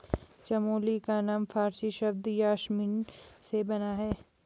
चमेली का नाम फारसी शब्द यासमीन से बना है